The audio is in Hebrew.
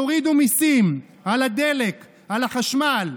תורידו מיסים על הדלק, על החשמל.